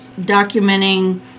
documenting